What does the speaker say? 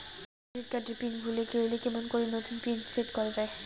Credit card এর pin ভুলে গেলে কেমন করি নতুন পিন সেট করা য়ায়?